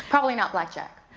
probably not black jack.